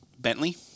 Bentley